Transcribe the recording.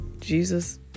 Jesus